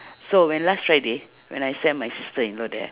so when last friday when I sent my sister-in-law there